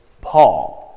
Paul